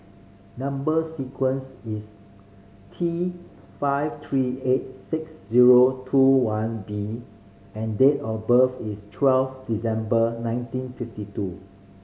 number sequence is T five three eight six zero two one B and date of birth is twelve December nineteen fifty two